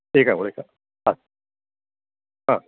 एका गुलिका अस्तु हा